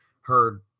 heard